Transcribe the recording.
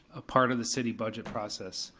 a part of the city budget process.